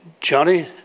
Johnny